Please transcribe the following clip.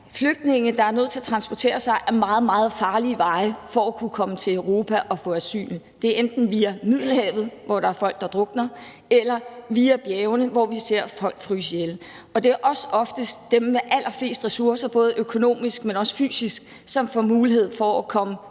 flygtninge, der er nødt til at transportere sig ad meget, meget farlige veje for at kunne komme til Europa og få asyl. Det er enten via Middelhavet, hvor der er folk, der drukner, eller via bjergene, hvor vi ser folk fryse ihjel. Det er også oftest dem med allerflest ressourcer, både økonomisk, men også fysisk, som får mulighed for at komme